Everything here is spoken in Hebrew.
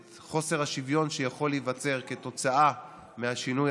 את חוסר השוויון שיכול להיווצר כתוצאה מהשינוי